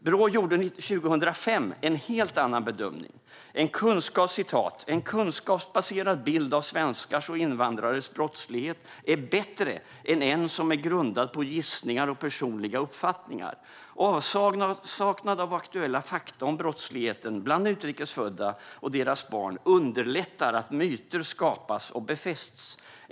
Brå gjorde 2005 en helt annan bedömning: "En kunskapsbaserad bild av svenskars och invandrares brottslighet är bättre än en som är grundad på gissningar och personliga uppfattningar. Avsaknad av aktuella fakta om brottsligheten bland utrikes födda och deras barn underlättar att myter skapas och befästs.